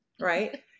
right